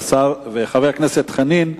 חבר הכנסת חנין,